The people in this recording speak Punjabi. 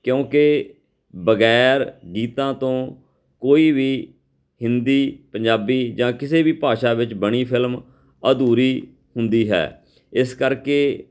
ਕਿਉਂਕਿ ਬਗੈਰ ਗੀਤਾਂ ਤੋਂ ਕੋਈ ਵੀ ਹਿੰਦੀ ਪੰਜਾਬੀ ਜਾਂ ਕਿਸੇ ਵੀ ਭਾਸ਼ਾ ਵਿੱਚ ਬਣੀ ਫਿਲਮ ਅਧੂਰੀ ਹੁੰਦੀ ਹੈ ਇਸ ਕਰਕੇ